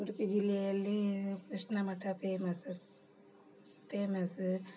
ಉಡುಪಿ ಜಿಲ್ಲೆಯಲ್ಲಿ Krishna Math famous famous